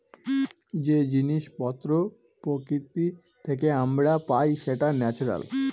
যে জিনিস পত্র প্রকৃতি থেকে আমরা পাই সেটা ন্যাচারাল